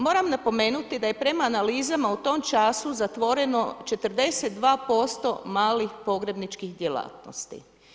Moram napomenuti da je prema analizama u tom času zatvoreno 42% malih pogrebničkih djelatnosti.